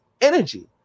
energy